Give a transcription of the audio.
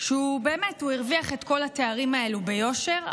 שהוא באמת הרוויח את כל התארים האלו ביושר.